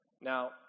Now